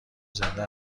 زنده